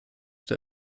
der